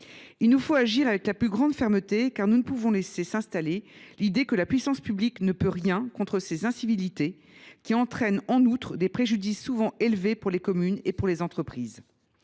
Il nous faut agir avec la plus grande fermeté, car nous ne pouvons laisser s’installer l’idée que la puissance publique ne peut rien contre ces incivilités, qui entraînent en outre des préjudices souvent élevés pour les communes et pour les entreprises.